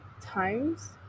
times